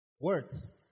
Words